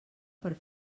per